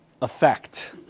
effect